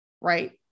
right